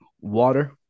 water